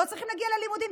לא צריכים להגיע ללימודים?